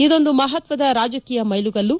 ಇದೊಂದು ಮಹತ್ವದ ರಾಜಕೀಯ ಮೈಲುಗಲ್ಲು